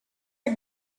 are